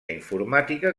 informàtica